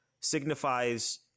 signifies